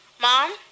Mom